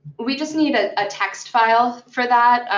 we just need a ah text file for that.